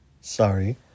Sorry